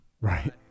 Right